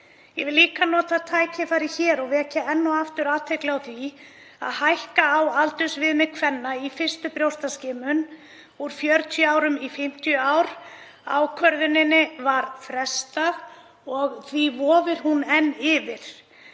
Ég vil líka nota tækifærið hér og vekja enn og aftur athygli á því að hækka á aldursviðmið kvenna í fyrstu brjóstaskimun úr 40 árum í 50. Ákvörðuninni var frestað og því vofir hún enn yfir.